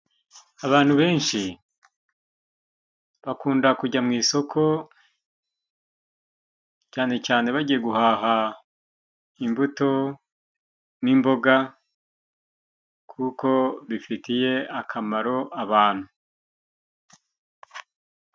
Abantu benshi bakunda kujya mu isoko, cyane cyane bagiye guhaha imbuto n'mboga kuko bifitiye akamaro abantu.